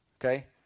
okay